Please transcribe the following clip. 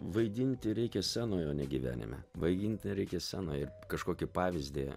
vaidinti reikia scenoj o ne gyvenime vaidinti reikia scenoj ir kažkokį pavyzdį